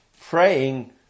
praying